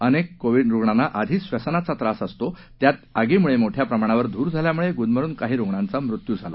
अनेक कोविड रुग्णांना ब्रसनाचा त्रास असतोच त्यात आगीमुळे मोठ्या प्रमाणावर धूर झाल्यामुळे गुदमरून काही रुग्णांचा मृत्यू झाला